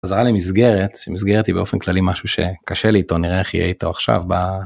אז היה לי מסגרת. מסגרת היא באופן כללי משהו שקשה לי איתו נראה איך יהיה איתו עכשיו.